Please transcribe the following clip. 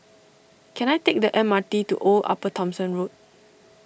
can I take the M R T to Old Upper Thomson Road